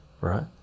right